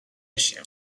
issue